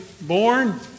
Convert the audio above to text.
born